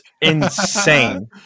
insane